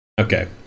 Okay